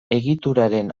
egituraren